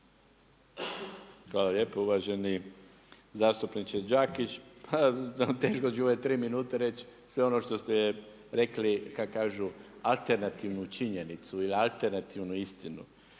Hvala lijepo. Uvaženi zastupniče Đakić, pa teško ću u ove 3 minute reći sve ono što ste rekli kako kažu alternativnu činjenicu ili alternativnu istinu.